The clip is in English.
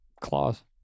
claws